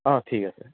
অঁ ঠিক আছে